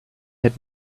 had